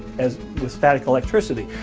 as the static electricity.